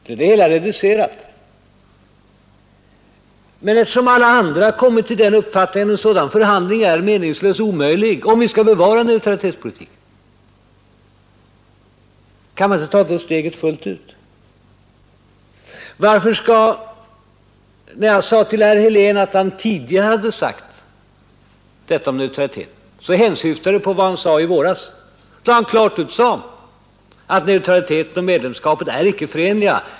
Då blir det hela reducerat. Varför kan man inte ta steget fullt ut, eftersom alla andra har kommit till den uppfattningen att en sådan förhandling är meningslös och omöjlig om vi skall bevara neutralitetspolitiken? När jag påminde om vad herr Helén tidigare hade sagt om neutraliteten, hänsyftade jag på vad han sade i våras, då han klart uttalade att neutralitet och medlemskap icke är förenliga.